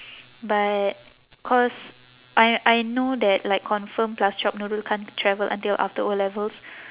but cause I I know that like confirm plus chop nurul can't travel until after O-levels